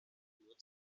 nur